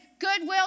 goodwill